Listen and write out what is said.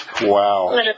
Wow